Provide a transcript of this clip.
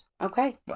okay